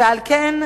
ועל כן,